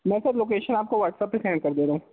میں sir location آپ کو واٹسپ پہ سینڈ کر دے رہا ہوں